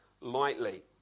lightly